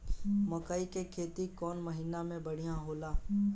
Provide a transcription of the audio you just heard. मकई के खेती कौन महीना में बढ़िया होला?